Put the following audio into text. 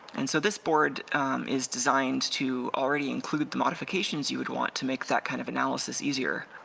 and so this board is designed to already include the modifications you would want to make that kind of analysis easier.